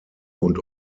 und